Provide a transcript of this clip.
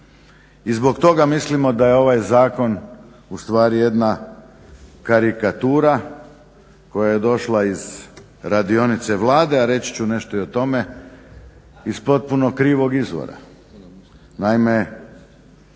I zbog toga mislimo da je ovaj zakon u stvari jedna karikatura koja je došla iz radionice Vlade, a reći ću nešto i o tome iz potpuno krivog izvora. Naime,